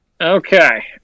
Okay